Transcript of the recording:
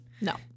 No